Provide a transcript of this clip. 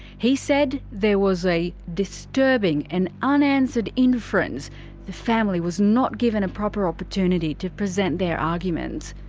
he said there was a disturbing and unanswered inference the family was not given a proper opportunity to present their arguments.